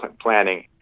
planning